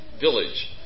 village